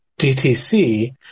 DTC